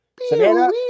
Savannah